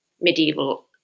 medieval